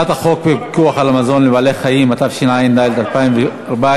הצעת חוק הפיקוח על מזון לבעלי-חיים, התשע"ד 2014,